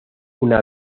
una